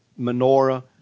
menorah